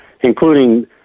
including